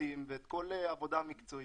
המשפטיים ואת כל העבודה המקצועית,